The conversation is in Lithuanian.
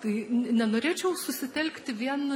tai ne nenorėčiau susitelkti vien